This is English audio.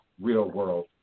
real-world